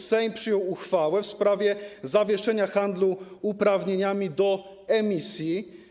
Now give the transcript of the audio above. Sejm przyjął uchwałę w sprawie zawieszenia handlu uprawnieniami do emisji.